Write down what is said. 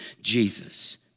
Jesus